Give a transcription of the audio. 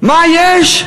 מה יש?